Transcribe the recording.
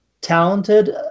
talented